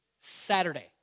Saturday